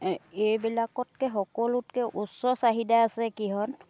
এইবিলাকতকৈ সকলোতকৈ উচ্চ চাহিদা আছে কিহত